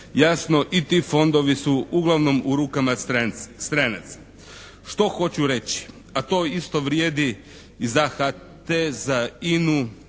Jasno i ti fondovi su uglavnom u rukama stranaca. Što hoću reći? A to isto vrijedi i za HT, za